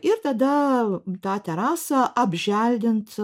ir tada tą terasą apželdint